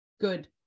good